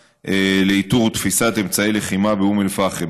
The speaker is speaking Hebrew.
לאיתור ותפיסה של אמצעי לחימה באום אל-פחם.